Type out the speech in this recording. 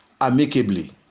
amicably